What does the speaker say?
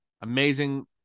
Amazing